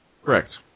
Correct